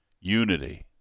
Unity